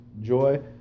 joy